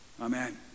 Amen